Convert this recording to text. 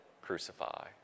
crucify